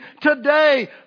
today